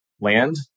land